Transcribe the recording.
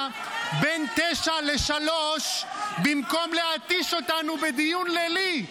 בין 09:00 ל-15:00, במקום להתיש אותנו בדיון לילי.